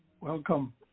Welcome